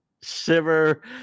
shiver